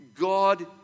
God